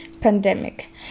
pandemic